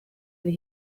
and